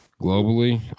Globally